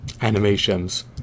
animations